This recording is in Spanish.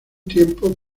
tiempo